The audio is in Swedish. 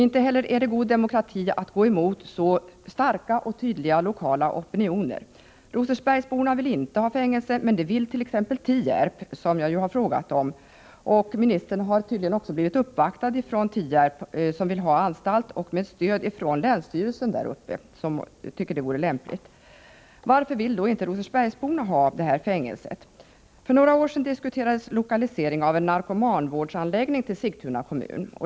Inte heller är det god demokrati att gå emot så starka och tydliga lokala opinioner som det här är fråga om. Rosersbergsborna vill inte ha något fängelse, men det vill man i t.ex. Tierp — det framgår av min fråga. Justitieministern har tydligen också uppvaktats av företrädare för Tierps kommun, som vill ha anstalten. Dessutom har man fått stöd av länsstyrelsen där uppe, som tycker att det skulle vara lämpligt att förlägga anstalten till Tierp. Varför vill då inte rosersbergsborna ha det här fängelset? För några år sedan diskuterades frågan om lokaliseringen av en narkomanvårdsanläggning till Sigtuna kommun.